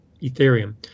Ethereum